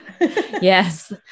Yes